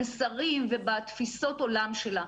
במסרים ובתפיסות העולם שלה.